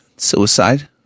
Suicide